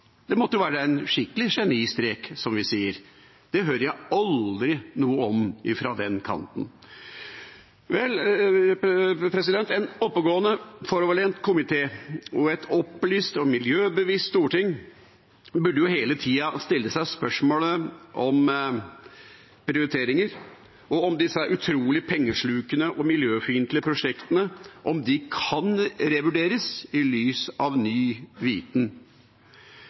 Det måtte jo være en skikkelig genistrek, som vi sier. Det hører jeg aldri noe om fra den kanten. En oppegående, foroverlent komité og et opplyst og miljøbevisst storting burde hele tida stille seg spørsmålet om prioriteringer, og om disse utrolig pengeslukende og miljøfiendtlige prosjektene kan revurderes i lys av ny viten.